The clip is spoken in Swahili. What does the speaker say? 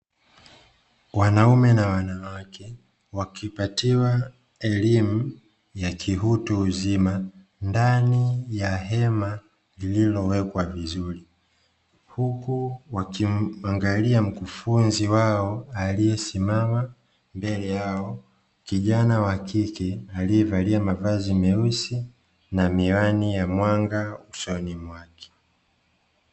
Wanaume na wanawake wakipatiwa elimu ya kiutuhuzima ndani ya hema lililowekwa vizuri huku wakimwangalia mkufunzi wao aliyesimama mbele yao kijana wakike aliyevalia mavazi meusi na miwani ya mwanga usoni mwake.